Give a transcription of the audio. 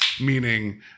Meaning